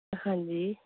ਹਾਂਜੀ